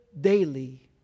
daily